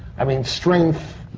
i mean, strength.